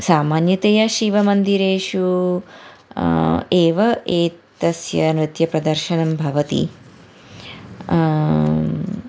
सामान्यतया शिवमन्दिरेषु एव एतस्य नृत्यप्रदर्शनं भवति